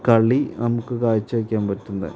കളി നമുക്ക് കാഴ്ചവെക്കാൻ പറ്റുന്നെ